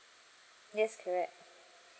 yes correct